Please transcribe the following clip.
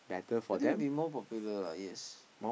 I think it will be more popular lah yes